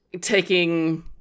taking